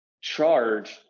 charge